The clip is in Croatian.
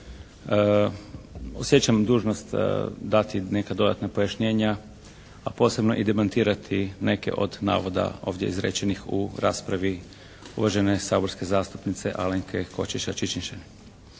osjećam dužnost dati neka dodatna pojašnjenja a posebno i demantirati neke od navoda ovdje izrečenih u raspravi uvažene saborske zastupnice Alenke Košiša Čičin-Šain.